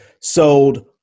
sold